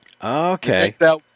Okay